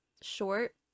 short